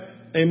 Amen